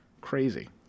crazy